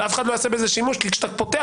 אבל אף אחד לא יעשה בזה שימוש כי כשאתה פותח,